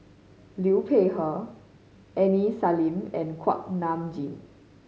Liu Peihe Aini Salim and Kuak Nam Jin